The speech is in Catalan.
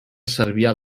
cervià